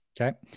Okay